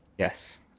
Yes